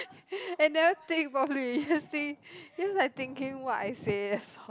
and never think properly just think just like thinking what I say that's all